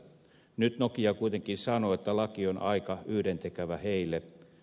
nyt nokia kuitenkin sanoo että laki on aika yhdentekevä heille